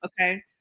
Okay